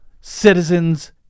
Citizens